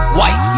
White